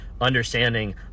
understanding